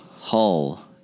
Hull